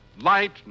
light